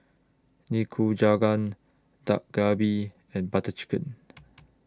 Nikujaga Dak Galbi and Butter Chicken